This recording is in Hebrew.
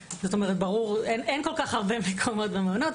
אין כל כך הרבה מקומות במעונות.